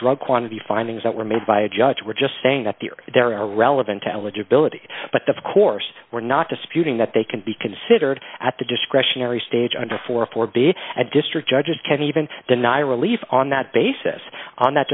drug quantity findings that were made by a judge we're just saying that the are there are relevant to eligibility but the course we're not disputing that they can be considered at the discretionary stage under four for being a district judge can even deny relief on that basis on that